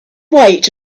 wait